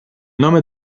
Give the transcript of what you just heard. nome